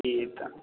जी तऽ